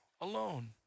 alone